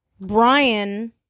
Brian